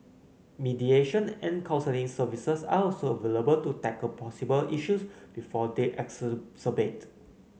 mediation and counselling services are also available to tackle possible issues before they exacerbate